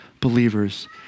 believers